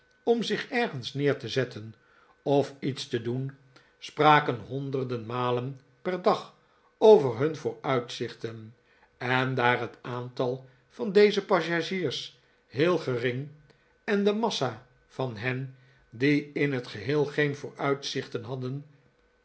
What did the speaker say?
om zich ergens neer te zetten of iets te doen spraken honderden malen per dag over hun vooruitzichten en daar het aantal van deze passagiers heel gering en de massa van hen die in t geheel geen vooruitzichten hadden